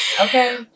Okay